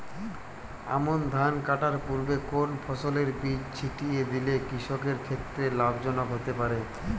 আমন ধান কাটার পূর্বে কোন ফসলের বীজ ছিটিয়ে দিলে কৃষকের ক্ষেত্রে লাভজনক হতে পারে?